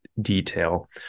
detail